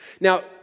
Now